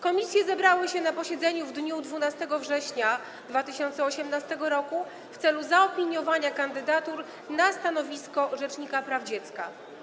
Komisje zebrały się na posiedzeniu w dniu 12 września 2018 r. w celu zaopiniowania kandydatur na stanowisko rzecznika praw dziecka.